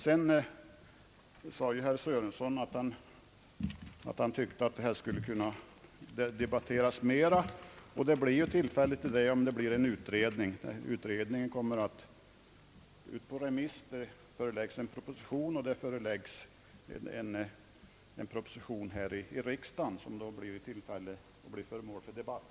Herr Sörenson tyckte att detta ämne skulle debatteras mer, och det blir tillfälle därtill om det blir en utredning. Utredningen kommer att gå ut på remiss, det framläggs en proposition här i riksdagen och då blir det tillfälle till debatt.